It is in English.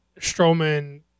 Strowman